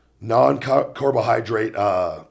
Non-carbohydrate